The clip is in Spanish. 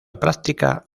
práctica